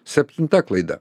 septinta klaida